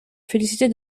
féliciter